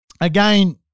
again